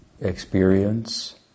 experience